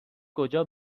کجا